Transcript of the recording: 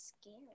scared